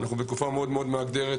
אנחנו בתקופה מאוד מאתגרת.